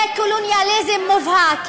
זה קולוניאליזם מובהק,